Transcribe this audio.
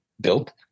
built